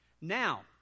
now